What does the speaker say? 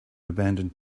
abandoned